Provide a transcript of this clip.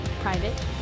Private